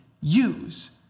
use